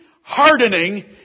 hardening